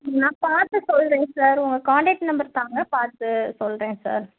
நான் பார்த்து சொல்கிறேன் சார் உங்கள் கான்டெக்ட் நம்பர் தாங்க பார்த்து சொல்கிறேன் சார்